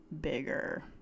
bigger